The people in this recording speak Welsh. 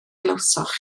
glywsoch